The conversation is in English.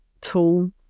tool